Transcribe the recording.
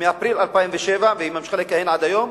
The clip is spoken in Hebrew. מאפריל 2007, והיא ממשיכה לכהן עד היום.